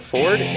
Ford